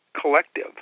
collective